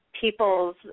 people's